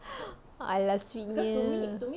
!alah! sweet nya